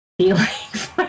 feelings